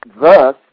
Thus